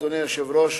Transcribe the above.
אדוני היושב-ראש,